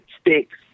sticks